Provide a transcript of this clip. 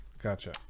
gotcha